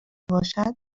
باشد